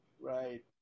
Right